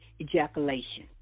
ejaculation